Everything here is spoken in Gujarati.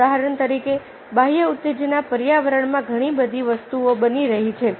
ઉદાહરણ તરીકે બાહ્ય ઉત્તેજના પર્યાવરણમાં ઘણી બધી વસ્તુઓ બની રહી છે